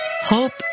hope